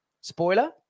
Spoiler